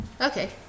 Okay